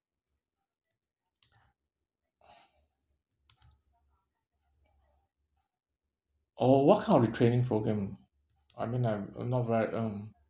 oh what kind of retraining program I mean I'm not very mm